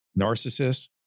Narcissist